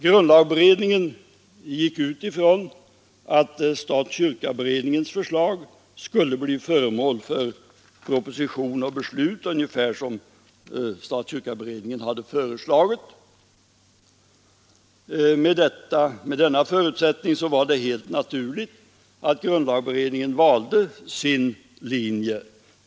Grundlagberedningen gick ut ifrån att kyrka—stat-beredningens förslag skulle bli föremål för proposition och beslut ungefär så som kyrka—stat-beredningen hade föreslagit. Med denna förutsättning var det helt naturligt att grundlagberedningen valde sin linje.